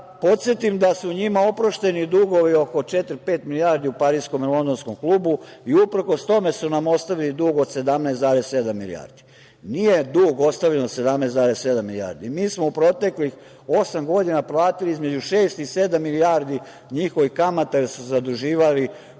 podsetim da su njima oprošteni dugovi oko četiri, pet milijardi u Pariskom i Londonskom klubu i uprkos tome su nam ostavili dug od 17,7 milijardi, nije dug ostavljen od 17,7 milijardi. Mi smo u proteklih osam godina platili između šest i sedam milijardi njihovih kamata jer su se zaduživali